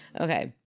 okay